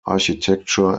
architecture